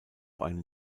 einen